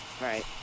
Right